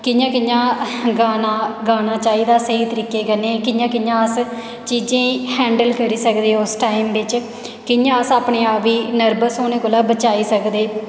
कि'यां कि'यां गाना चाईदा असेंगी तरीके कन्नै कि'यां कि'यां अस्स चीजें गी हैंडल करी सकदे उस्स टाइम बिच कियां अस्स अपने आप गी नर्वस होने कोला बचाई सकदे